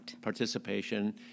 participation